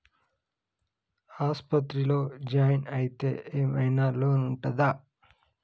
ఆస్పత్రి లో జాయిన్ అయితే ఏం ఐనా లోన్ ఉంటదా?